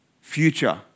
future